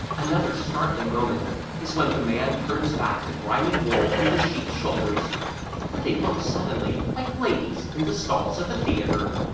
another startling moment is when the man turns back the grimy wool from the sheeps' shoulders and they look suddenly like ladies in the stalls of a theatre.